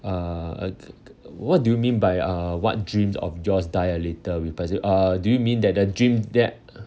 uh uh g~ g~ what do you mean by uh what dreams of yours die a little with p~ you uh do you mean that the dream that